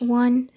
one